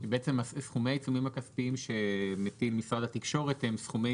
בעצם סכומי העיצומים הכספיים שמטיל משרד התקשורת הם סכומי